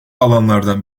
alanlardan